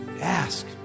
Ask